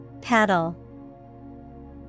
Paddle